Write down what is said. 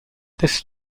this